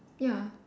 ya